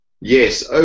Yes